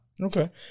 Okay